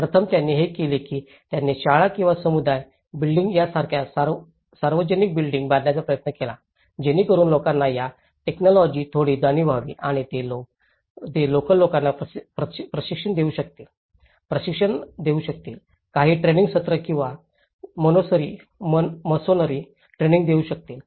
प्रथम त्यांनी हे केले की त्यांनी शाळा किंवा समुदाय बिल्डिंगी यासारख्या सार्वजनिक बिल्डिंगी बांधण्याचा प्रयत्न केला जेणेकरुन लोकांना या टेक्नॉलॉजिची थोडी जाणीव व्हावी आणि ते लोकल लोकांना प्रशिक्षण देऊ शकतील प्रशिक्षण देऊ शकतील काही ट्रैनिंग सत्र किंवा मसोनरी ट्रैनिंग देऊ शकतील